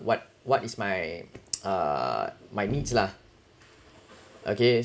what what is my uh my needs lah okay